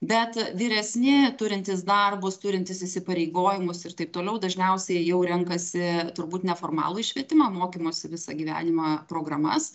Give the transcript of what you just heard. bet vyresni turintys darbus turintys įsipareigojimus ir taip toliau dažniausiai jau renkasi turbūt neformalųjį švietimą mokymosi visą gyvenimą programas